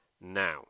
now